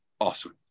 awesome